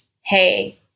hey